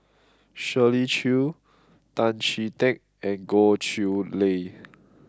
Shirley Chew Tan Chee Teck and Goh Chiew Lye